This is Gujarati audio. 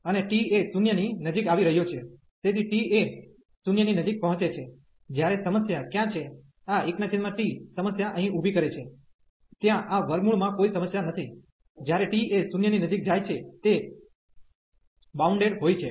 અને t એ 0 ની નજીક આવી રહ્યો છે તેથી t એ 0 ની નજીક પહોંચે છે જ્યારે સમસ્યા ક્યાં છે આ 1t સમસ્યા અહીં ઉભી કરે છે ત્યાં આ વર્ગમૂળમાં કોઈ સમસ્યા નથી જ્યારે t એ 0 ની નજીક જાય છે તે બાઉન્ડેડ હોય છે